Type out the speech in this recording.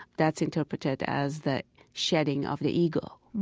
that's interpreted as the shedding of the ego